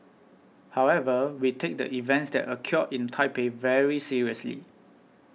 however we take the events that occurred in Taipei very seriously